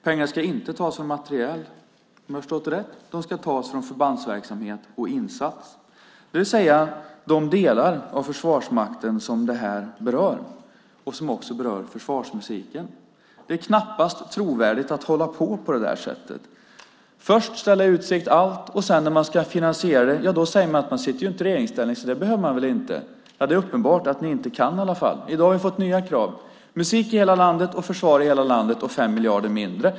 Pengarna ska inte tas av materiel, om jag har förstått det rätt, utan de ska tas från förbandsverksamhet och insats. Det vill säga, de delar av Försvarsmakten som detta berör och som också berör försvarsmusiken. Det är knappast trovärdigt att hålla på på det sättet: att först ställa allt i utsikt, och sedan när man ska finansiera det säger man att man ju inte sitter i regeringsställning så det behöver man väl inte. Men det är i alla fall uppenbart att ni inte kan finansiera det. I dag har vi fått nya krav: Musik i hela landet, försvar i hela landet och 5 miljarder mindre.